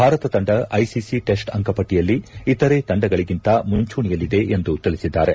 ಭಾರತ ತಂಡ ICC test ಅಂಕಪಟ್ಲಿಯಲ್ಲಿ ಇತರೆ ತಂಡಗಳಿಗಿಂತ ಮುಂಚೂಣಿಯಲ್ಲಿದೆ ಎಂದು ತಿಳಿಸಿದ್ದಾರೆ